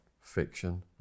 fiction